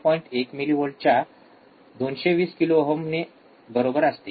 १ मिलीव्होल्टच्या २२० किलो ओहमने बरोबर असते